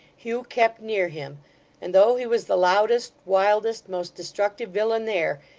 hugh kept near him and though he was the loudest, wildest, most destructive villain there,